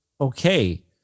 okay